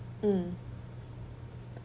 mm